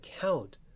count